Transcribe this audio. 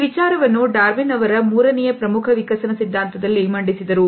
ಈ ವಿಚಾರವನ್ನು ಡಾರ್ವಿನ್ ಅವರ ಮೂರನೆಯ ಪ್ರಮುಖ ವಿಕಸನ ಸಿದ್ಧಾಂತದಲ್ಲಿ ಮಂಡಿಸಿದರು